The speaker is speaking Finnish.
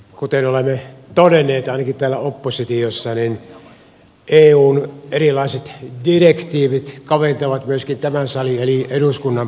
kuten olemme todenneet ainakin täällä oppositiossa niin eun erilaiset direktiivit kaventavat myöskin tämän salin eli eduskunnan päätösvaltaa